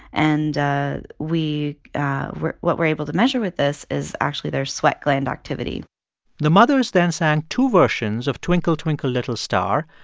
and we were what we're able to measure with this is actually their sweat gland activity the mothers then sang two versions of twinkle, twinkle little star.